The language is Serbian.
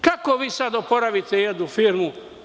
Kako sada vi da oporavite jednu firmu?